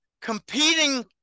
competing